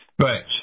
Right